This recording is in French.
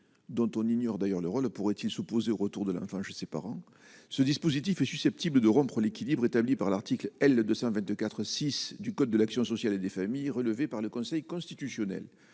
dont on ignore d'ailleurs le rôle pourrait-il s'opposer au retour de la fin, je sais par an, ce dispositif est susceptible de rompre l'équilibre établi par l'article L 222 4 6 du code de l'action sociale et des familles, relevée par le Conseil constitutionnel,